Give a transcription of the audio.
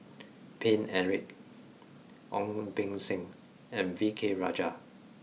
Paine Eric Ong Beng Seng and V K Rajah